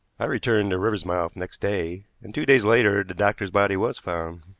i returned to riversmouth next day, and two days later the doctor's body was found.